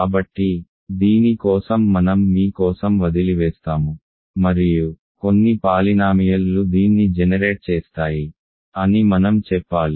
కాబట్టి దీని కోసం మనం మీ కోసం వదిలివేస్తాము మరియు కొన్ని పాలినామియల్ లు దీన్ని జెనెరేట్ చేస్తాయి అని మనం చెప్పాలి